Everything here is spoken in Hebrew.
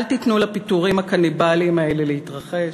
אל תיתנו לפיטורים הקניבליים האלה להתרחש.